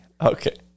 Okay